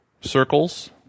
circles